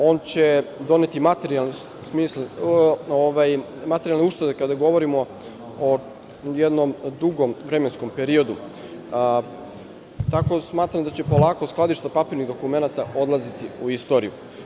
On će doneti materijalne uštede kada govorimo o jednom dugom vremenskom periodu, tako da smatram da će polako skladišta papirnih dokumenata odlaziti u istoriju.